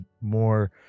more